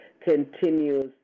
continues